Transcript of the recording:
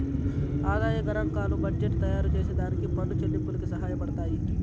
ఆదాయ గనాంకాలు బడ్జెట్టు తయారుచేసే దానికి పన్ను చెల్లింపులకి సహాయపడతయ్యి